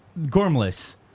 Gormless